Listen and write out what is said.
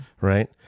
Right